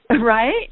Right